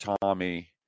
Tommy